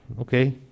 okay